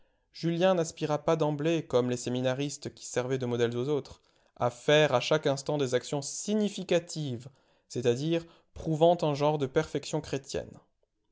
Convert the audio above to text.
julien n'aspira pas d'emblée comme les séminaristes qui servaient de modèles aux autres à faire à chaque instant des actions significatives c'est-à-dire prouvant un genre de perfection chrétienne